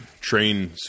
train